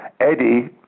Eddie